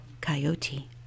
coyote